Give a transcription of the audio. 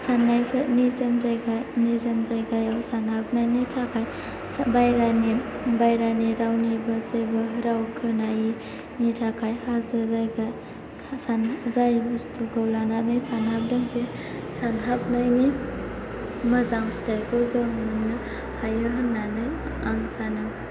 साननायफोर निजोम जायगायाव सानहाबनायनि थाखाय बायहेरानि बायहेरानि रावनिबो जेबो राव खोनायैनि थाखाय हाजो जायगा जाय बुस्तुखौ लानानै सानहाबदों बे सानहाबनायनि मोजां फिथाइखौ जों मोननो हायो होननानै आं सानो